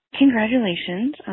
congratulations